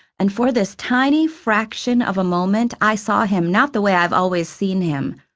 and for this tiny fraction of a moment i saw him not the way i've always seen him,